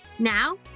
Now